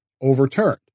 overturned